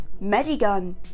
Medigun